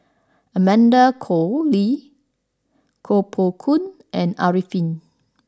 Amanda Koe Lee Koh Poh Koon and Arifin